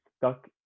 stuck